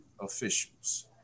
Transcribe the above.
Officials